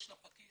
יש לפקיד